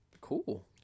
cool